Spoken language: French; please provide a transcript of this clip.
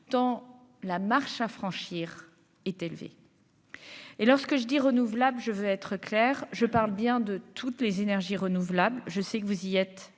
tant la marche à franchir est élevé, et lorsque je dis renouvelable, je veux être clair, je parle bien de toutes les énergies renouvelables, je sais que vous y êtes